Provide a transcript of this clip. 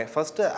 First